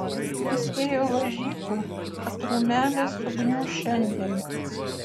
jis ėjo lažybų kad rūmelis sugniuš šiandien